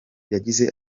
yagize